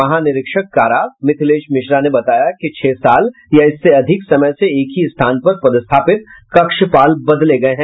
महानिरीक्षक कारा मिथिलेश मिश्रा ने बताया कि छह साल या इससे अधिक समय से एक ही स्थान पर पदस्थापित कक्षपाल बदले गये हैं